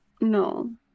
no